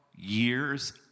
Years